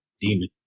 Demon